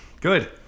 Good